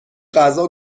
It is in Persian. غذا